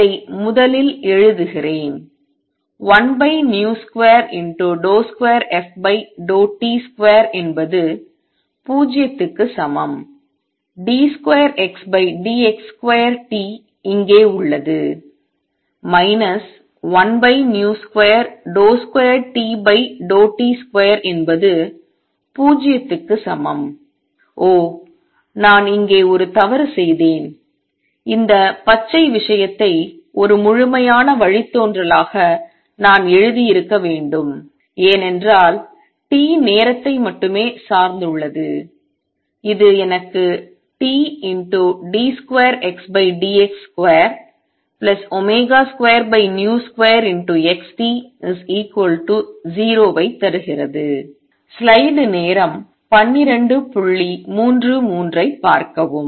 இதை முதலில் எழுதுகிறேன் 1v22ft2 என்பது 0 க்கு சமம் d2Xdx2T இங்கே உள்ளது 1v22Tt2 என்பது 0 க்கு சமம் ஓ நான் இங்கே ஒரு தவறு செய்தேன் இந்த பச்சை விஷயத்தை ஒரு முழுமையான வழித்தோன்றலாக நான் எழுதியிருக்க வேண்டும் ஏனென்றால் t நேரத்தை மட்டுமே சார்ந்துள்ளது இது எனக்கு Td2Xdx22v2XT0 ஐ தருகிறது